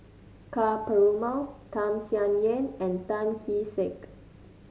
Ka Perumal Tham Sien Yen and Tan Kee Sek